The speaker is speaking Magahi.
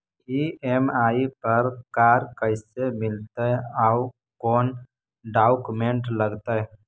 ई.एम.आई पर कार कैसे मिलतै औ कोन डाउकमेंट लगतै?